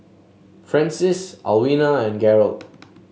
Francis Alwina and Garold